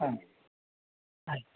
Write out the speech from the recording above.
ಹಾಂ ಆಯ್ತು